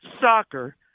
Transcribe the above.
soccer